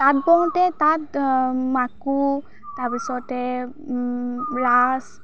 তাঁত বওঁতে তাত মাকো তাৰপিছতে ৰাচ